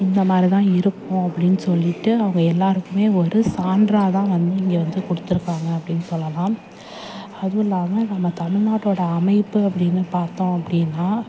இந்தமாதிரிதான் இருக்கும் அப்படின் சொல்லிகிட்டு அவங்க எல்லாேருக்குமே ஒரு சான்றாகதான் வந்து இங்கே வந்து கொடுத்துருப்பாங்க அப்படின் சொல்லலாம் அதுவும் இல்லாமல் நம்ம தமிழ்நாட்டோட அமைப்பு அப்படின்னு பார்த்தோம் அப்படின்னா